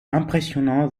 impressionnant